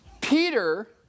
Peter